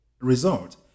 result